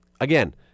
Again